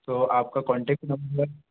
तो आपका contact number